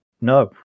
no